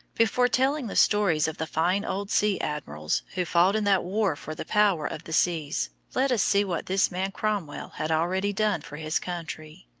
before telling the stories of the fine old sea admirals who fought in that war for the power of the seas, let us see what this man cromwell had already done for his country.